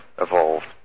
evolved